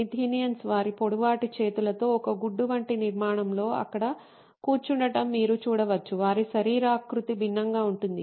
మీథానియన్స్ వారి పొడవాటి చేతులతో ఒక గుడ్డు వంటి నిర్మాణంలో అక్కడ కూర్చుండటం మీరు చూడవచ్చు వారి శరీరాకృతి భిన్నంగా ఉంటుంది